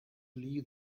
leave